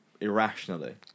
irrationally